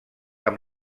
amb